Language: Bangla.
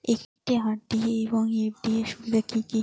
একটি আর.ডি এবং এফ.ডি এর সুবিধা কি কি?